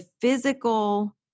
physical